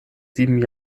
sieben